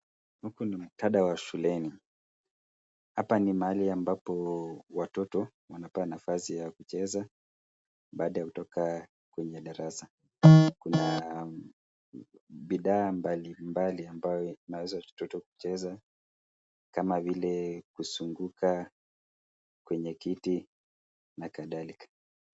Huku ni muktadha wa shuleni. Hapa ni mahali ambapo watoto wanapewa nafasi ya kucheza baada ya kutoka kwenye darasa. Kuna bidhaa mbalimbali ambayo inawezesha watoto kucheza kama vile kuzunguka kwenye kiti na kadhalika.